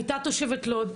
היתה תושבת לוד,